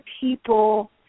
people